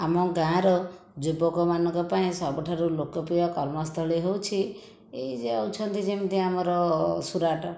ଆମ ଗାଁର ଯୁବକମାନଙ୍କ ପାଇଁ ସବୁଠାରୁ ଲୋକପ୍ରିୟ କର୍ମସ୍ଥଳୀ ହେଉଛି ଏଇ ଯାଉଛନ୍ତି ଯେମିତି ଆମର ସୁରାଟ